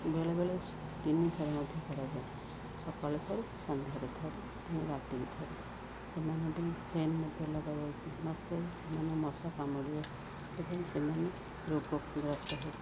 ବେଳେବେଳେ ତିନି ଥର ମଧ୍ୟ କରାଯାଏ ସକାଳୁ ଥରେ ସନ୍ଧ୍ୟାରେ ଥରେ ଏବଂ ରାତିକି ଥରେ ସେମାନ ପାଇଁ ଫ୍ୟାନ୍ ମଧ୍ୟ ଲଗାଯାଇଛି ନଚେତ୍ ସେମାନେ ମଶା କାମୁଡ଼ିବ ଏବଂ ସେମାନେ ରୋଗଗ୍ରସ୍ତ ହେବେ